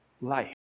life